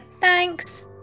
thanks